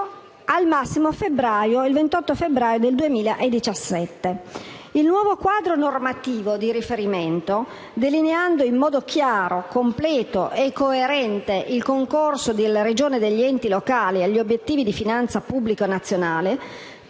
Il nuovo quadro normativo di riferimento, delineando in modo chiaro, completo e coerente il concorso delle Regioni e degli enti locali agli obiettivi di finanza pubblica nazionali,